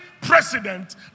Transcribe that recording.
president